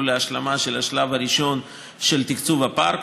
להשלמה של השלב הראשון של תקצוב הפארק,